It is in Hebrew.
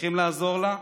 צריכים לעזור לה,